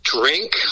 drink